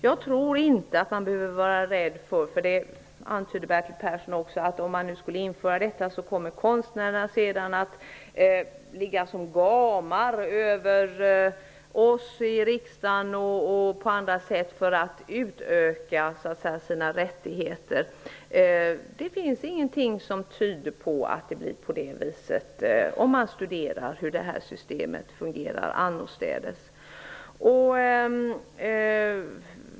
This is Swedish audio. Jag tror inte att man, som Bertil Persson antydde, behöver vara rädd för att konstnärerna, om denna rätt införs, kommer att ligga som gamar över oss i riksdagen och i andra sammanhang för att utöka sina rättigheter. Man finner ingenting som tyder på att det blir på det viset när man studerar hur detta system fungerar annorstädes.